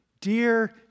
Dear